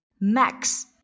max